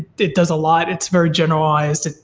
it does a lot. it's very generalized.